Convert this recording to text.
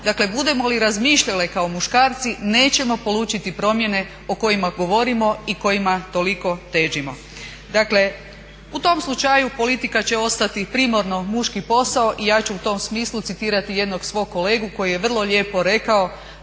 Dakle budemo li razmišljale kao muškarci nećemo polučiti promjene o kojima govorimo i kojima toliko težimo. Dakle u tom slučaju politika će ostati primarno muški posao i ja ću u tom smislu citirati jednog svog kolegu koji je vrlo lijepo rekao